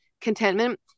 contentment